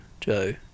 Joe